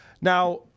Now